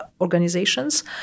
organizations